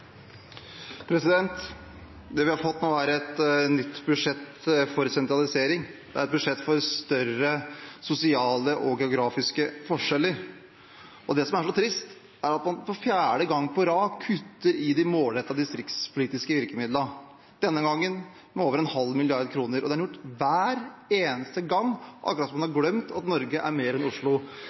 et nytt budsjett for sentralisering. Det er et budsjett for større sosiale og geografiske forskjeller. Det som er så trist, er at man for fjerde gang på rad kutter i de målrettede distriktspolitiske virkemidlene – denne gangen med over en halv milliard kroner – og det har man gjort hver eneste gang. Det er akkurat som om man har glemt at Norge er mer enn Oslo